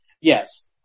yes